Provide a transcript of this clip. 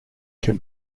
can